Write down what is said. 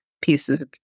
pieces